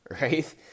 right